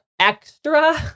extra